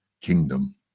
kingdom